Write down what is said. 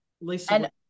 Lisa